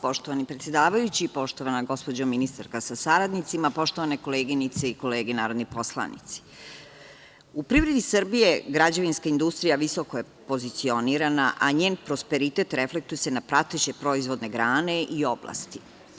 Poštovani predsedavajući, poštovana gospođo ministarka sa saradnicima, poštovane koleginice i kolege narodni poslanici, u privredi Srbije građevinska industrija visoko je pozicionirana, a njen prosperitet reflektuje se na prateće proizvodne grane i oblasti.